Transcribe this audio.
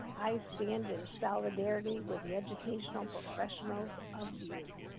i stand in solidarity with the educational professionals of vue.